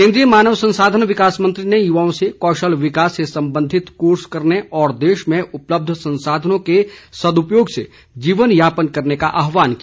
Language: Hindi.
केन्द्रीय मानव संसाधन विकास मन्त्री ने युवाओं से कौशल विकास से सम्बन्धित कोर्स करने और देश में उपलब्ध संसाधनों के सदुपयोग से जीवन यापन करने का आवाहन किया